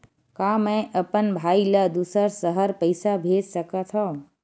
का मैं अपन भाई ल दुसर शहर पईसा भेज सकथव?